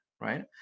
Right